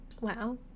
Wow